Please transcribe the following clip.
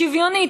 שוויונית,